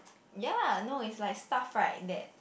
ya no is like stuff right that